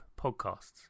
podcasts